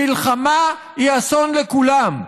מלחמה היא אסון לכולם,